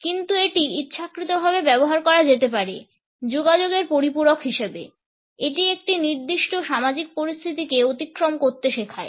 কিন্তু এটি ইচ্ছাকৃতভাবে ব্যবহার করা যেতে পারে যোগাযোগের পরিপূরক হিসেবে এটি একটি নির্দিষ্ট সামাজিক পরিস্থিতিকে অতিক্রম করতে শেখায়